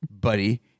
buddy